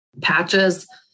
Patches